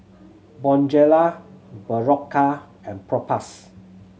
Bonjela Berocca and Propass